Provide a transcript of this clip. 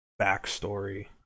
backstory